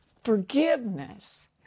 Forgiveness